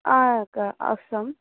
అక్క అవసరం